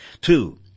Two